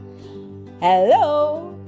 Hello